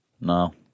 No